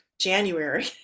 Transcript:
January